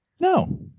No